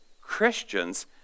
Christians